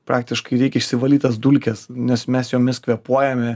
praktiškai reikia išsivalyt tas dulkes nes mes jomis kvėpuojame